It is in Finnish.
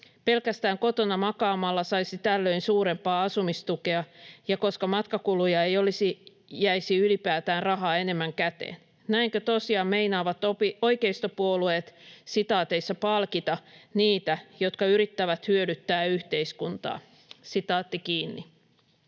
Pelkästään kotona makaamalla saisi tällöin suurempaa asumistukea, ja koska matkakuluja ei olisi, jäisi ylipäätään rahaa enemmän käteen. Näinkö tosiaan meinaavat oikeistopuolueet ’palkita’ niitä, jotka yrittävät hyödyttää yhteiskuntaa?" "Lähivuosien